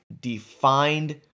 defined